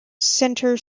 center